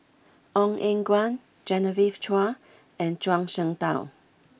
Ong Eng Guan Genevieve Chua and Zhuang Shengtao